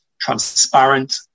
transparent